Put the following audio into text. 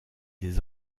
des